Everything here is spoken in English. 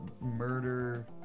murder